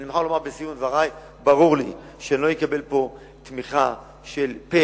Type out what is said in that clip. אני מוכרח להגיד בסיום דברי: ברור לי שאני לא אקבל פה תמיכה של פה-אחד.